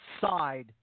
side